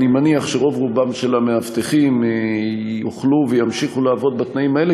אני מניח שרוב-רובם של המאבטחים יוכלו וימשיכו לעבוד בתנאים האלה,